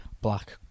black